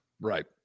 Right